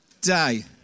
Day